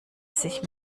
sich